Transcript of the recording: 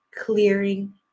clearing